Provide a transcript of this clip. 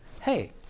hey